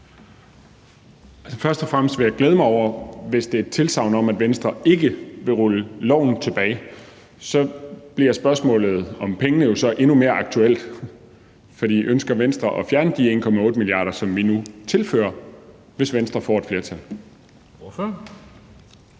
Først og fremmest vil jeg glæde mig over det, hvis det er et tilsagn om, at Venstre ikke vil rulle loven tilbage. Så bliver spørgsmålet om pengene jo endnu mere aktuelt, for ønsker Venstre at fjerne de 1,8 mia. kr., som vi nu tilfører, hvis Venstre får et flertal?